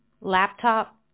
laptop